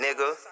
Nigga